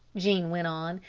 jean went on,